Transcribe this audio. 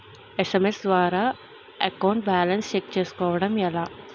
SMS ద్వారా account balance check చేసుకోవటం ఎలా?